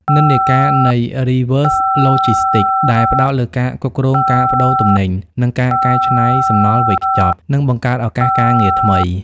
និន្នាការនៃ Reverse Logistics ដែលផ្តោតលើការគ្រប់គ្រងការប្តូរទំនិញ និងការកែច្នៃសំណល់វេចខ្ចប់ នឹងបង្កើតឱកាសការងារថ្មី។